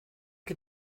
que